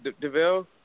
Deville